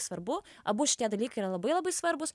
svarbu abu šitie dalykai yra labai labai svarbūs